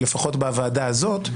לפחות בוועדה הזאת.